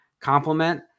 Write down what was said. complement